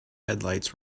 headlights